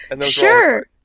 Sure